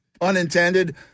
unintended